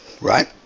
right